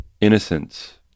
Innocence